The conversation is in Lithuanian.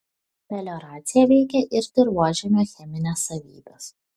melioracija veikia ir dirvožemio chemines savybes